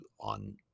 on